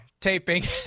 taping